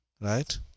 right